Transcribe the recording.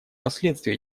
последствия